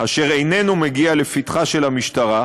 איננו מגיע לפתחה של המשטרה,